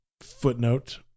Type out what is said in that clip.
Footnote